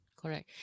correct